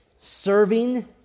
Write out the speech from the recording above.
serving